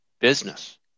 business